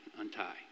untie